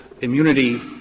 immunity